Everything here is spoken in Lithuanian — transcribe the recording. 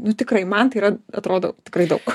nu tikrai man tai yra atrodo tikrai daug